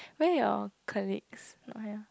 where your colleagues not here